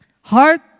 Heart